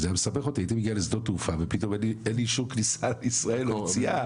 ופתאום אין לי אישור כניסה לישראל או יציאה.